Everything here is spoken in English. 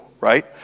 right